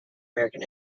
american